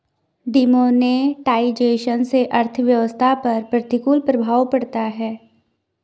demonetisation से अर्थव्यवस्था पर प्रतिकूल प्रभाव पड़ता है